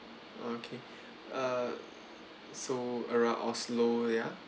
okay uh so around oslo ya